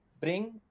bring